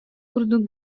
курдук